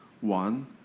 One